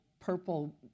purple